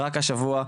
רק השבוע,